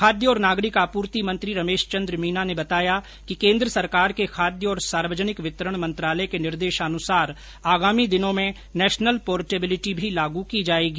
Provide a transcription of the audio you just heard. खाद्य और नागरिक आपूर्ति मंत्री रमेश चन्द्र मीना ने बताया कि केन्द्र सरकार के खाद्य और सार्वजनिक वितरण मंत्रालय के निर्देशानुसार आगामी दिनों में नेशनल पोर्टेबिलिटी भी लागू की जाएगी